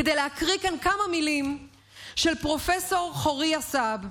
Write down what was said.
כדי להקריא כאן כמה מילים של פרופ' חוריה סעב,